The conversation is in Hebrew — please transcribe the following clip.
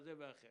כזה או אחר.